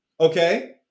Okay